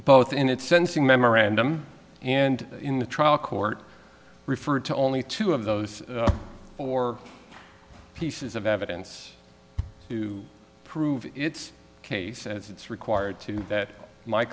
both in its sensing memorandum and in the trial court referred to only two of those four pieces of evidence to prove its case as it's required to that my